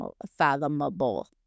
unfathomable